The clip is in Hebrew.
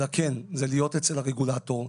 אלא כן - זה להיות אצל הרגולטור,